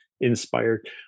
inspired